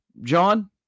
John